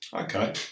Okay